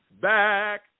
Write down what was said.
back